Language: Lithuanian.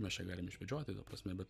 mes čia galim išvedžioti ta prasme bet